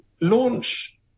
launch